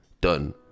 Done